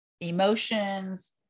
emotions